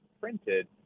printed